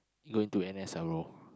going to N_S ah bro